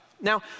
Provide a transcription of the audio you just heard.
Now